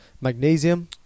Magnesium